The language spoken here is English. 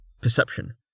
Perception